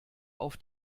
auf